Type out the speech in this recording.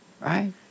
Right